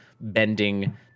bending